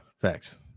facts